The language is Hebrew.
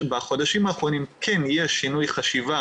בחודשים האחרונים כן יש שינוי חשיבה